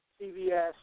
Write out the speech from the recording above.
CVS